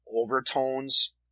overtones